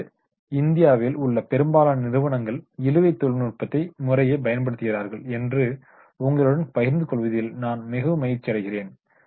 இப்போது இந்தியாவில் உள்ள பெரும்பாலான நிறுவனங்கள் இழுவை தொழில்நுட்ப முறையை பயன்படுத்துகிறார்கள் என்று உங்களுடன் பகிர்ந்து கொள்வதில் நான் மிகவும் மகிழ்ச்சியடைகிறேன்